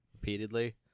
repeatedly